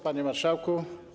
Panie Marszałku!